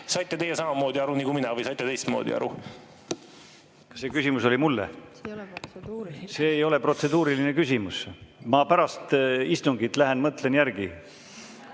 teie saite samamoodi aru nagu mina või saite teistmoodi aru? Kas see küsimus oli mulle? See ei ole protseduuriline küsimus. Ma pärast istungit lähen mõtlen järele,